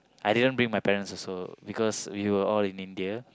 I didn't bring my parents also because we were all in India